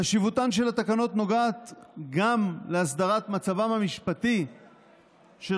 חשיבותן של התקנות נוגעת גם להסדרת מצבם המשפטי של